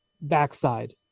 backside